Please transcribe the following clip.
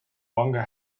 longer